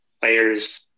players